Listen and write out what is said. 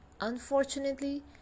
Unfortunately